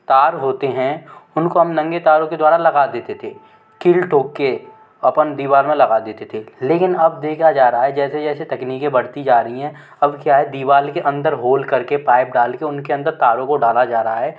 तार होते हैं उनको हम नंगे तारों के द्वारा लगा देते थे कील थोक के अपन दीवार में लगा देते थे लेकिन अब देखा जा रहा है जैसे जैसे तकनीकें बढ़ती जा रही हैं अब क्या है दीवार के अंदर होल कर के पाइप डाल के उनके अंदर तारों को डाला जा रहा है